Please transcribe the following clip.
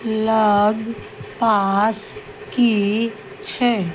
लग पास की छै